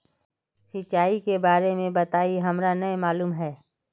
सिंचाई के बारे में बताई हमरा नय मालूम है?